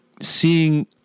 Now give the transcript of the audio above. seeing